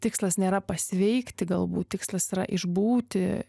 tikslas nėra pasveikti galbūt tikslas yra išbūti